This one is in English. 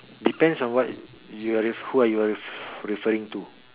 depends on what you're who you're refer referring to